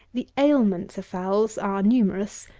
the ailments of fowls are numerous,